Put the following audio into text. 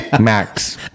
Max